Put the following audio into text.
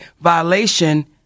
violation